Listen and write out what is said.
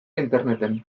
interneten